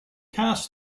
cast